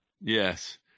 Yes